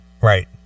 Right